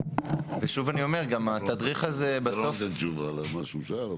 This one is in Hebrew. זה לא נותן תשובה למה שהוא שאל.